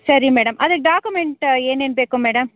ಸರಿ ಮೇಡಮ್ ಅದೇ ಡಾಕ್ಯುಮೆಂಟ್ ಏನೇನು ಬೇಕು ಮೇಡಮ್